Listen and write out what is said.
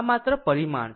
આ માત્ર પરિમાણ છે